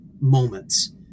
moments